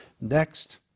Next